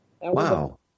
Wow